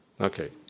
okay